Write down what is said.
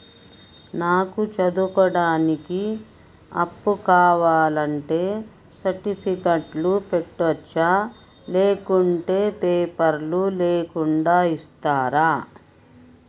నాకు చదువుకోవడానికి అప్పు కావాలంటే సర్టిఫికెట్లు పెట్టొచ్చా లేకుంటే పేపర్లు లేకుండా ఇస్తరా?